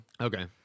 Okay